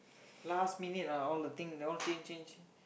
last minute ah all the thing they all change change